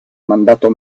mandato